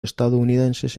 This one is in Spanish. estadounidenses